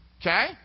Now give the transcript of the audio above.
Okay